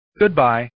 Goodbye